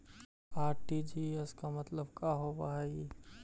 RTGS के मतलब का होव हई?